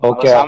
Okay